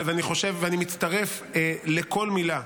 אני מצטרף לכל מילה,